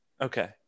Okay